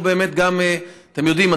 אתם יודעים,